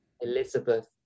Elizabeth